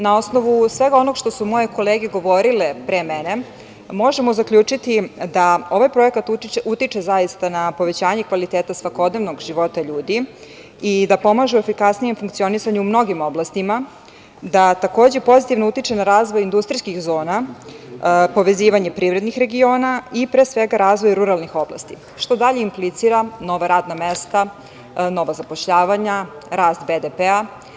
Na osnovu svega onoga što su moje kolege govorile pre mene, možemo zaključiti da ovaj projekat utiče na povećanje kvaliteta svakodnevnog života ljudi i da pomaže efikasnijem funkcionisanju u mnogim oblastima, da takođe pozitivno utiče na razvoj industrijskih zona, povezivanje privrednih regiona i pre svega razvoj ruralnih oblasti, što dalje implicira nova radna mesta, nova zapošljavanja, rast BDP.